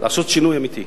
לעשות שינוי אמיתי.